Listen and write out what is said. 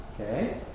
Okay